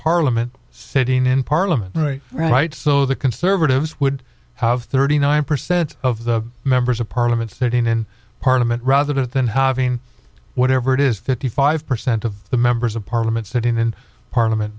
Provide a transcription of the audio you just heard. parliament sitting in parliament right so the conservatives would have thirty nine percent of the members of parliament sitting in parliament rather than having whatever it is fifty five percent of the members of parliament sitting in parliament